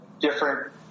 different